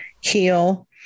heal